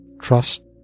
trust